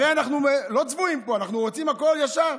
הרי אנחנו לא צבועים פה, אנחנו רוצים הכול ישר.